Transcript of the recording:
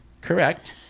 correct